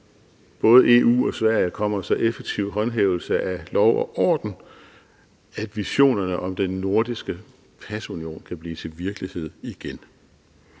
både EU og Sverige kommer så effektiv håndhævelse af lov og orden, at visionerne om den nordiske pasunion kan blive til virkelighed igen.